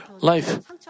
life